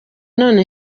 none